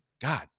God